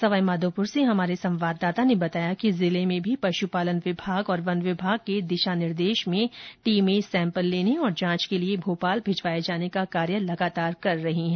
सवाई माधोपुर से हमारे संवाददाता ने बताया कि जिले में भी पशुपालन विभाग और वन विभाग के दिशा निर्देश में टीमें सैंपल लेने तथा जांच के लिए भोपाल भिजवाए जाने का कार्य लगातार कर रही हैं